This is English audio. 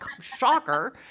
shocker